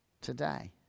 today